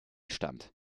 stand